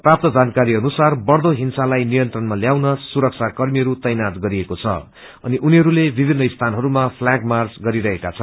प्राप्त जानकारी अनुसार बढ़दो हिंसालाई नियंत्रणमा ल्याउन सुरक्षाकर्मीहरू तैनात गरिएको छ अनि उनीहरूले विभिन्न सीनहरूमा फलैग मार्च गरिरहेका छन्